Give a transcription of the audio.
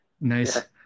Nice